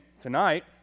tonight